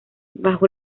bajo